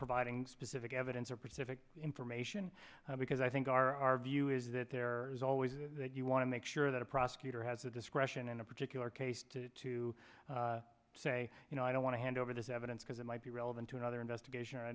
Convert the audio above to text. providing specific evidence or particular information because i think our view is that there is always that you want to make sure that a prosecutor has the discretion in a particular case to to say you know i don't want to hand over this evidence because it might be relevant to another investigation or i